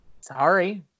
Sorry